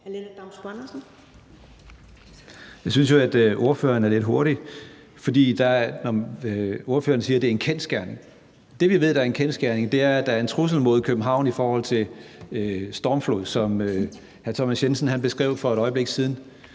Jeg synes jo, at ordføreren er lidt hurtig, når ordføreren siger, at det er en kendsgerning. Det, vi ved er en kendsgerning, er, at der er en trussel mod København i forhold til stormflod, som hr. Thomas Jensen beskrev for et øjeblik siden.